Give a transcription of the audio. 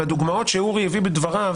הדוגמאות שאורי הביא בדבריו